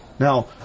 Now